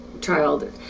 child